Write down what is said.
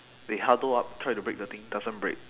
they huddle up try to break the thing doesn't break